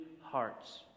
hearts